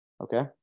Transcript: Okay